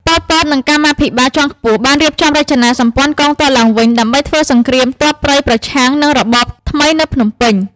ប៉ុល ពត និងកម្មាភិបាលជាន់ខ្ពស់បានរៀបចំរចនាសម្ព័ន្ធកងទ័ពឡើងវិញ ដើម្បីធ្វើសង្គ្រាមទ័ពព្រៃប្រឆាំងនឹងរបបថ្មីនៅភ្នំពេញ។